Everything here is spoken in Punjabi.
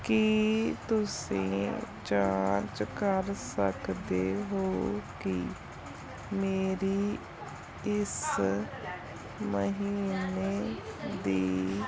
ਕੀ ਤੁਸੀਂਂ ਜਾਂਚ ਕਰ ਸਕਦੇ ਹੋ ਕਿ ਮੇਰੀ ਇਸ ਮਹੀਨੇ ਦੀ